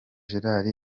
gerard